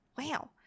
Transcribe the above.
Wow